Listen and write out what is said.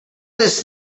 this